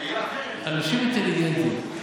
אנשים אינטליגנטים,